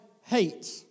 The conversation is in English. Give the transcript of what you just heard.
hate